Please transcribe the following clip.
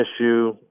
issue